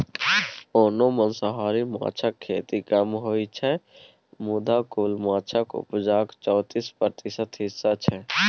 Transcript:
ओना मांसाहारी माछक खेती कम होइ छै मुदा कुल माछक उपजाक चौतीस प्रतिशत हिस्सा छै